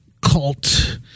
cult